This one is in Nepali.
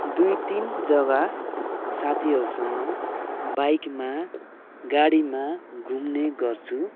दुई तिन जग्गा साथीहरूसँग बाइकमा गाडीमा घुम्ने गर्छु